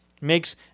makes